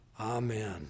Amen